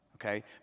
Okay